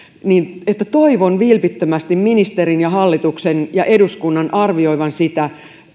että toivon vilpittömästi ministerin hallituksen ja eduskunnan arvioivan sitä